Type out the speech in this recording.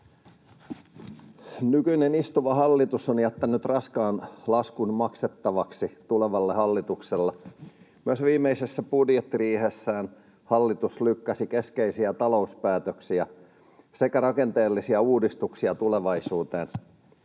Nykyinen istuva hallitus on jättänyt raskaan laskun maksettavaksi tulevalle hallitukselle. Myös viimeisessä budjettiriihessään hallitus lykkäsi keskeisiä talouspäätöksiä sekä rakenteellisia uudistuksia tulevaisuuteen.